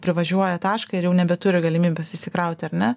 privažiuoja tašką ir jau nebeturi galimybės įsikrauti ar ne